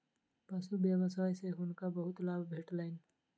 पशु व्यवसाय सॅ हुनका बहुत लाभ भेटलैन